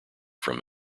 from